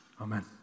Amen